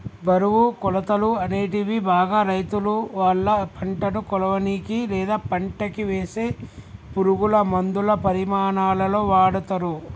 బరువు, కొలతలు, అనేటివి బాగా రైతులువాళ్ళ పంటను కొలవనీకి, లేదా పంటకివేసే పురుగులమందుల పరిమాణాలలో వాడతరు